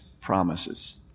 promises